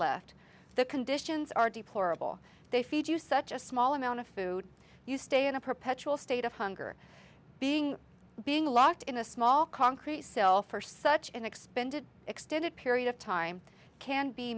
left the conditions are deplorable they feed you such a small amount of food you stay in a perpetual state of hunger being being locked in a small concrete cell for such an expanded extended period of time can be